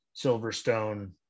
Silverstone